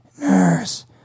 Nurse